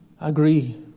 agree